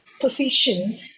position